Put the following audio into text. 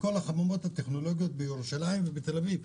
הסתובבתי בכל החממות הטכנולוגיות בירושלים ובתל אביב,